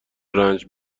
رنج